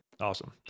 Awesome